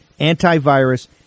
antivirus